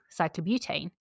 cyclobutane